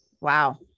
Wow